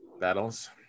battles